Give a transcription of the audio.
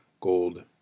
gold